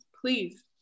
please